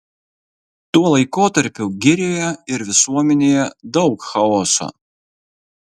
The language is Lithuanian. tuo laikotarpiu girioje ir visuomenėje daug chaoso